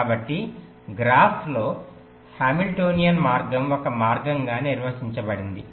కాబట్టి గ్రాఫ్స్లో హామిల్టోనియన్ మార్గం ఒక మార్గంగా నిర్వచించబడింది